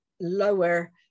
lower